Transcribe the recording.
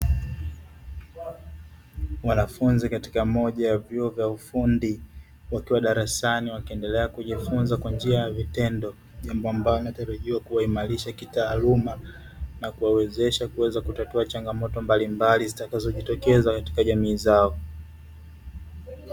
Wanafunzi katika moja ya vyuo vya ufundi wakiwa darasani wakiendelea kujifunza kwa njia ya vitendo jambo ambalo linatarajiwa kuwaimarisha kitaaluma na kuwawezesha kuweza kutatua changamoto mbalimbali zitakazojitokeza katika jamii zao.